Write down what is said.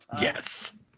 Yes